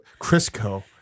Crisco